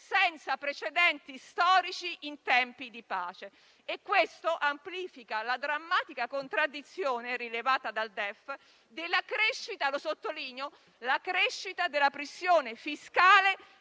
senza precedenti storici in tempi di pace e questo amplifica la drammatica contraddizione, rilevata dal DEF, della crescita della pressione fiscale